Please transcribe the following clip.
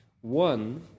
One